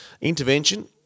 Intervention